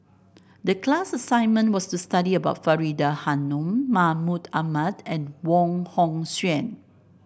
the class assignment was to study about Faridah Hanum Mahmud Ahmad and Wong Hong Suen